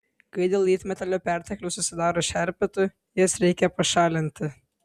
kai dėl lydmetalio pertekliaus susidaro šerpetų jas reikia pašalinti